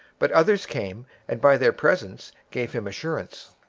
but others came, and by their presence gave him assurance.